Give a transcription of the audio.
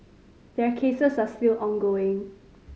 their cases are still ongoing